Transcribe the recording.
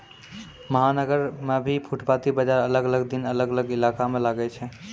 महानगर मॅ भी फुटपाती बाजार अलग अलग दिन अलग अलग इलाका मॅ लागै छै